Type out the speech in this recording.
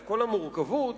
כל המורכבות